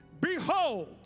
Behold